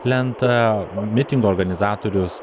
lentą mitingo organizatorius